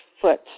foot